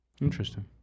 Interesting